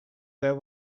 there